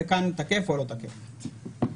זה תקף או לא תקף כאן.